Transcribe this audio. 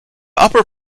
upper